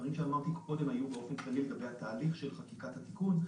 הדברים שאמרתי קודם היו באופן כללי לגבי תהליך חקיקת התיקון,